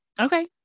okay